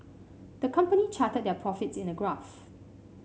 the company charted their profits in a graph